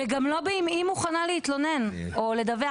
וגם לא בשאלה האם היא מוכנה להתלונן או לדווח.